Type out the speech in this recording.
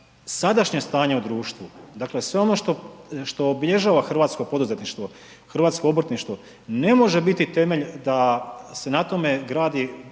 sadašnje stanje u društvu, dakle sve ono što obilježava hrvatsko poduzetništvo, hrvatsko obrtništvo ne može biti temelj da se na tome gradi